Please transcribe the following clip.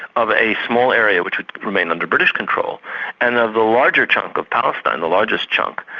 of a small area which would remain under british control and of the larger chunk of palestine, the largest chunk,